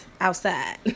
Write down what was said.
outside